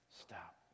stop